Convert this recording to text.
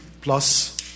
plus